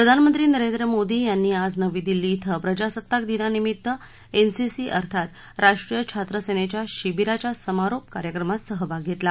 प्रधानमंत्री नरेंद्र मोदी यांनी आज नवी दिल्ली ॐ प्रजासत्ताक दिनानिमित्त एनसीसी अर्थात राष्ट्रीय छात्र सेनेच्या शिबिराच्या समारोप कार्यक्रमात सहभाग घेतला